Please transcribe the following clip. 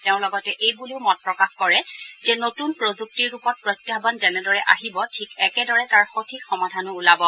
তেওঁ লগতে এই বুলিও মত প্ৰকাশ কৰে যে নতূন প্ৰযুক্তিৰ ৰূপত প্ৰত্যাহান যেনেদৰে আহিব ঠিক একেদৰে তাৰ সঠিক সমাধানো ওলাব